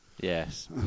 Yes